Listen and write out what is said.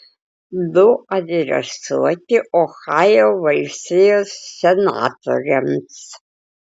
du adresuoti ohajo valstijos senatoriams